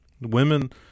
women